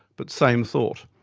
but same thought.